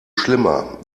schlimmer